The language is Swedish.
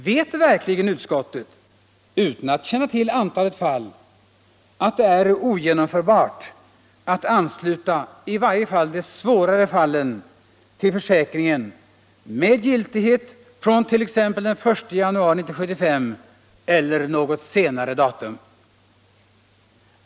Vet verkligen utskottet, utan att känna till antalet fall, att det är ogenomförbart att ansluta åtminstone de svårare fallen till försäkringen med giltighet från t.ex. den 1 januari 1975 eller något senare datum?